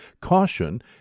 caution